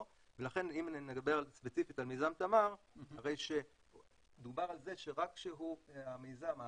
ולכן אם נדבר ספציפית על מיזם תמר הרי שדובר על זה שרק כשהמשקיעים